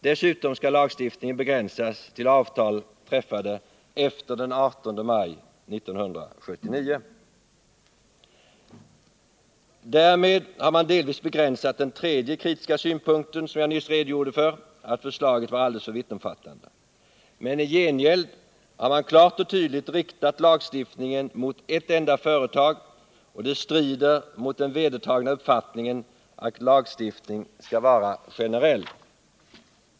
Dessutom skall lagstiftningen begränsas till avtal träffade efter den 18 maj 1979. Därmed har man delvis begränsat den tredje kritiska synpunkten, som jag nyss redogjorde för, att förslaget var alldeles för vittomfattande. Men i gengäld har man klart och tydligt riktat lagstiftningen mot ett enda företag, och det strider mot den vedertagna uppfattningen att lagstiftning skall vara generell.